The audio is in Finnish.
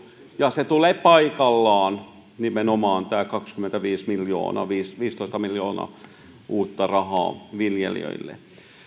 ja on paikallaan nimenomaan tämä kaksikymmentäviisi miljoonaa ja viisitoista miljoonaa uutta rahaa viljelijöille